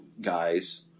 guys